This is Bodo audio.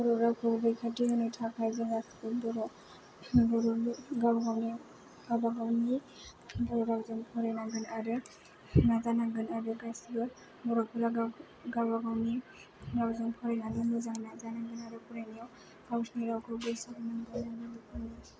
बर' रावखौ रैखाथि होनो थाखाय जोंहा सुबुंफोरखौ बर'नि गावगाबाव गावनि गावबागावनि बर' रावजों फरायनांगोन आरो नाजानांगोन आरो गासिबो बर'फोरा गावबागावनि रावजों फ'रायनानै मोजां नाजानांगोन आरो फरायनायाव गावसिनि रावखौबो सोलोंनांगोन आरो